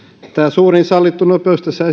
suurin sallittu nopeus tässä